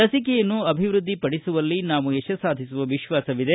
ಲಸಿಕೆಯನ್ನು ಅಭಿವೃದ್ಧಿಪಡಿಸುವಲ್ಲಿ ನಾವು ಯಶ ಸಾಧಿಸುವ ವಿಶ್ವಾಸವಿದೆ